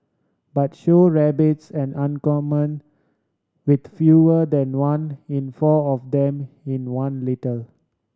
but show rabbits an uncommon with fewer than one in four of them in one litter